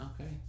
okay